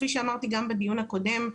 כפי שאמרתי גם בדיון הקודם,